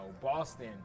Boston